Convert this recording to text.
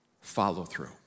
follow-through